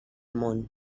món